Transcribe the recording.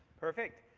perfect!